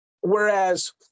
whereas